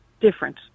different